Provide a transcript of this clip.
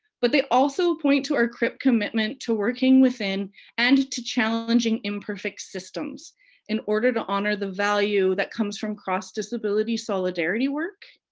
but they also point to our crip commitment to working within and to challenging imperfect systems in order to honor the value that comes from cross-disability solidarity work,